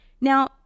Now